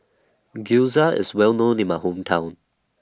Gyoza IS Well known in My Hometown